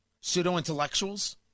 Pseudo-intellectuals